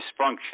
dysfunction